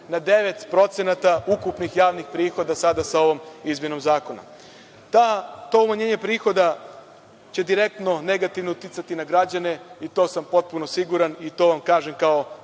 na 9% ukupnih javnih prihoda sada sa ovom izmenom zakona. To umanjenje prihoda će direktno negativno uticati na građane i to sam potpuno siguran i to vam kažem kao